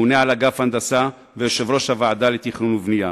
ממונה על אגף ההנדסה ויושב-ראש הוועדה לתכנון ובנייה.